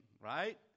right